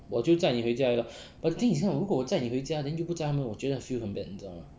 我载你回家而已 lor but the thing is 你看如果我载你回家 then 不载他们我觉得 feel 很 bad 你知道 mah